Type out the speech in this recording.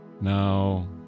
Now